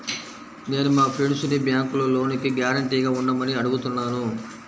నేను మా ఫ్రెండ్సుని బ్యేంకులో లోనుకి గ్యారంటీగా ఉండమని అడుగుతున్నాను